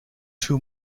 too